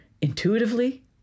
intuitively